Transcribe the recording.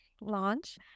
launch